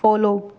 follow